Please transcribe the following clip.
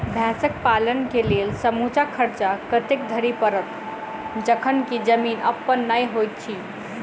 भैंसक पालन केँ लेल समूचा खर्चा कतेक धरि पड़त? जखन की जमीन अप्पन नै होइत छी